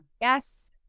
yes